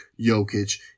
Jokic